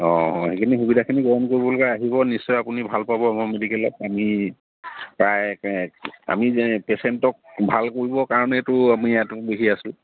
অঁ অঁ সেইখিনি সুবিধাখিনি গ্ৰহণ কৰিবলৈকে আহিব নিশ্চয় আপুনি ভাল পাব আমাৰ মেডিকেলত আমি প্ৰায় আমি পেচেণ্টক যে ভাল কৰিবৰ কাৰণেইতো আমি ইয়াত বহি আছোঁ